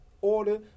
order